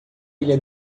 ilha